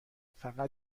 فقط